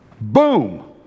Boom